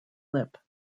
lip